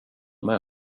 med